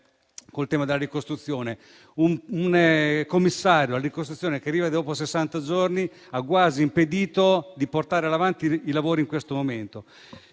il tema della ricostruzione. Un commissario alla ricostruzione che arriva dopo sessanta giorni ha quasi impedito di portare avanti i lavori in questo momento.